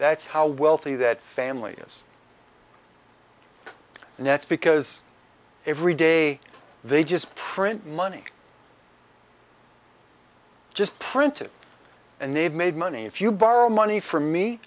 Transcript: that's how wealthy that family is and that's because every day they just print money just print it and they've made money if you borrow money from me